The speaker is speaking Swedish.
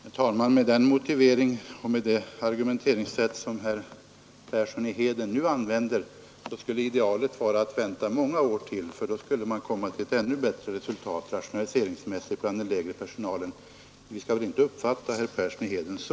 Herr talman! Med den motivering och det argumenteringssä herr Persson i Heden använder skulle idealet v. tt som att vänta många till, för då skulle man komma till ett ännu bättre resultat rationaliseringsmässigt bland den lägre personalen, Skall vi uppfatta herr Persson så?